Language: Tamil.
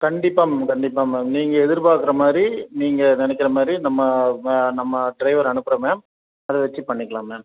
கண்டிப்பாக மேம் கண்டிப்பாக மேம் நீங்கள் எதிர்பார்க்கற மாதிரி நீங்கள் நினைக்கிற மாதிரி நம்ம நம்ம ட்ரைவரை அனுப்புகிறேன் மேம் அதை வச்சி பண்ணிக்கலாம் மேம்